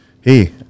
hey